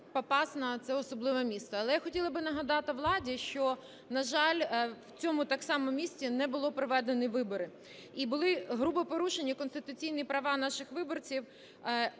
Попасна – це особливе місто. Але я хотіла би нагадати владі, що, на жаль, в цьому так само місті не були проведені вибори і було грубо порушені конституційні права наших виборців